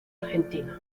argentino